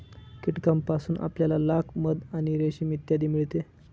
कीटकांपासून आपल्याला लाख, मध आणि रेशीम इत्यादी मिळते